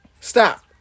Stop